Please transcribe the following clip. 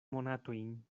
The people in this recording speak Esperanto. monatojn